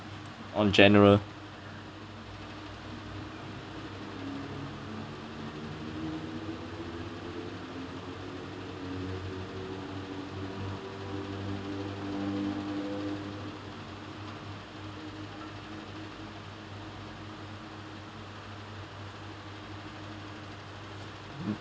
on general